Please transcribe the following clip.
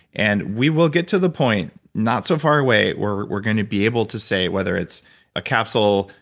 and we will get to the point not so far away we're we're going to be able to say whether it's a capsule,